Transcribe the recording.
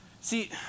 See